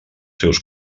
seus